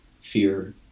fear